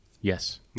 Yes